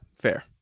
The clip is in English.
fair